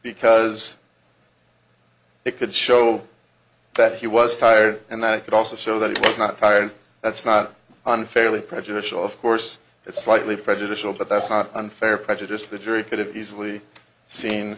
because it could show that he was tired and that it could also show that he was not fired that's not unfairly prejudicial of course it's slightly prejudicial but that's not unfair prejudice the jury could have easily seen